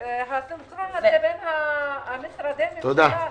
זה הסנכרון בין המשרדים.